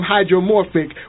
Hydromorphic